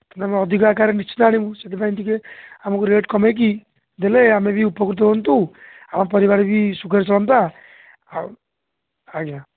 ତେଣୁ ଆମେ ଅଧିକା ଆକାରେ ନିଶ୍ଚିତ ଆଣିବୁ ସେଥିପାଇଁ ଟିକିଏ ଆମକୁ ରେଟ୍ କମାଇକି ଦେଲେ ଆମେ ବି ଉପକୃତ ହୁଅନ୍ତୁ ଆଉ ଆମ ପରିବାର ବି ସୁୁଖରେ ଚଳନ୍ତା ଆଉ ଆଜ୍ଞା